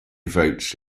votes